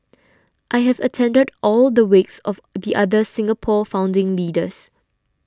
I have attended all the wakes of the other Singapore founding leaders